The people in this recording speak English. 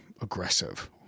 aggressive